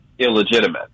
illegitimate